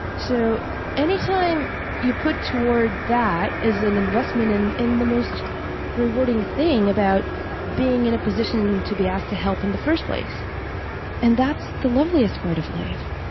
so any time you put toward that is an investment in in the most rewarding thing about being in a position to be asked to help in the first place and that's the loveliest part of life